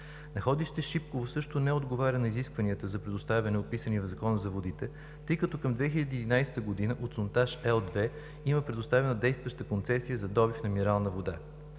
Находище „Шипково“ също не отговаря на изискванията за предоставяне, описани в Закона за водите, тъй като към 2011 г. от сондаж Л-2 има предоставена действаща концесия за добив на минерална вода.